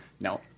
No